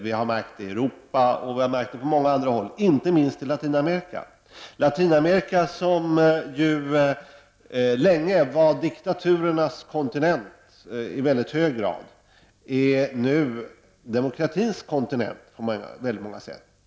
Vi har märkt det i Europa och på många andra håll i världen, inte minst i Latinamerika. Latinamerika, som ju länge var diktaturernas kontinent i mycket hög grad, är nu demokratins kontinent på väldigt många sätt.